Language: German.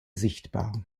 sichtbar